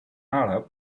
arab